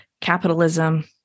capitalism